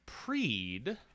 Preed